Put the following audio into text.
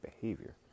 behavior